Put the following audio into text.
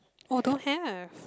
oh don't have